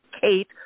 Kate